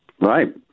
Right